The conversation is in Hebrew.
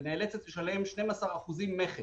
היא נאלצת לשלם 12% מכס.